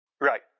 Right